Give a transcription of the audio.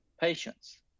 patience